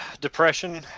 depression